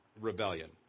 rebellion